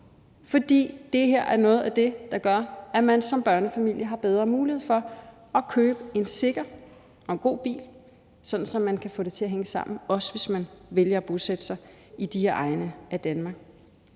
ned. Det er nemlig noget af det, der gør, at man som børnefamilie har bedre mulighed for at købe en sikker og god bil, sådan at man kan få det til at hænge sammen, hvis man vælger at bosætte sig i de her egne af Danmark.